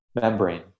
membrane